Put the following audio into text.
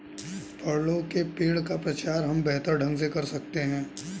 फलों के पेड़ का प्रचार हम बेहतर ढंग से कर सकते हैं